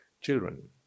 children